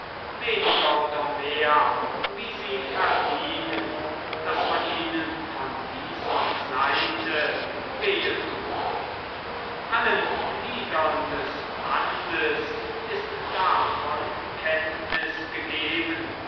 weniger oder mehr wie sie verdienen daß man ihnen von dieser seite wehe tue allen gliedern des bandes ist davon kenntnis gegeben